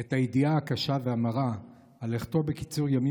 את הידיעה הקשה והמרה על לכתו בקיצור ימים